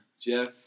Jeff